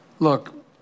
Look